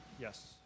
Yes